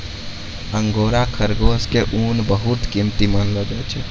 angora खरगोश के ऊन बहुत कीमती मानलो जाय छै